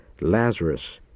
Lazarus